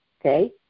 Okay